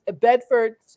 Bedford